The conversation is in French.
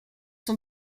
sont